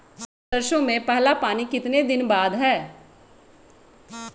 सरसों में पहला पानी कितने दिन बाद है?